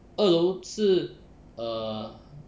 二楼是 err